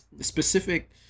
specific